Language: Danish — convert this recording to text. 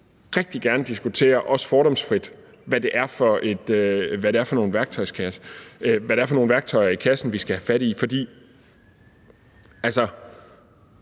rigtig gerne fordomsfrit diskutere, hvad det er for nogle værktøjer i kassen, vi skal have fat i.